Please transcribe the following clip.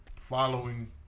following